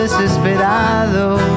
desesperado